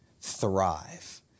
thrive